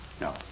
No